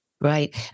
Right